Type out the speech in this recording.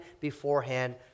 beforehand